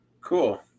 cool